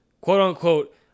quote-unquote